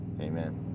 Amen